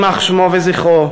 יימח שמו וזכרו,